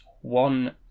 one